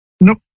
Nope